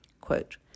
Quote